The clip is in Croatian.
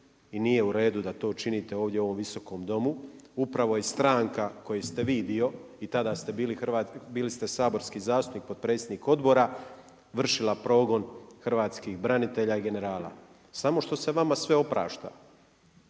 i nije u redu da to činite ovdje u ovom Viskom domu. Upravo je stranka, koji ste vi dio i tada ste bili saborski zastupnik, potpredsjednik odbora, vršila progon hrvatskih branitelja i generala. Samo što se vama sve oprašta.